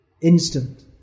instant